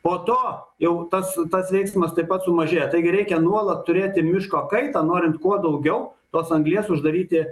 po to jau tas tas veiksmas taip pat sumažėja taigi reikia nuolat turėti miško kaitą norint kuo daugiau tos anglies uždaryti